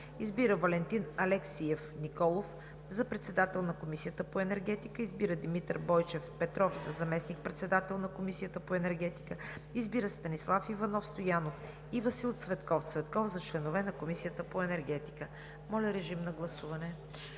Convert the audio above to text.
Избира Валентин Алексиев Николов за председател на Комисията по енергетика. 2. Избира Димитър Бойчев Петров за заместник-председател на Комисията по енергетика. 3. Избира Станислав Иванов Стоянов и Васил Цветков Цветков за членове на Комисията по енергетика.“ Вносител